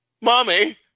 Mommy